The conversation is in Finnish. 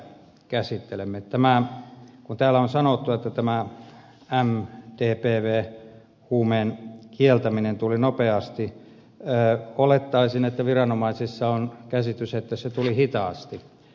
kun täällä on sanottu että tämä mdpv huumeen kieltäminen tuli nopeasti olettaisin että viranomaisissa on käsitys että se tuli hitaasti